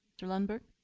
mr. lundberg.